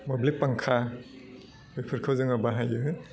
मोब्लिब फांखा बेफोरखौ जोङो बाहाइयो